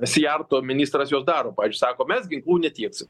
sijarto ministras juos daro pavyzdžiui sako mes ginklų netieksim